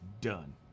done